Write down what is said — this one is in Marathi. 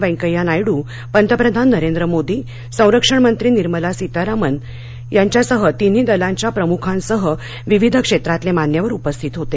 व्यंकय्या नायडु पंतप्रधान नरेंद्र मोदीसंरक्षण मंत्री निर्मला सीतारामनतिन्ही दलांच्या प्रमुखांसह विविध क्षेत्रातले मान्यवर उपस्थित होते